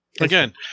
Again